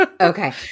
Okay